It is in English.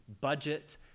budget